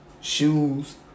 shoes